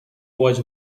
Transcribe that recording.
was